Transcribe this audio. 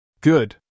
Good